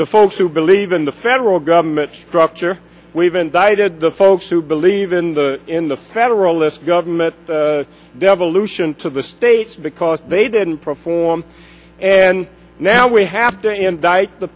the folks who believe in the federal government structure we've invited the folks who believe in the in the federalist government devolution to the states because they didn't perform and now we have to indict the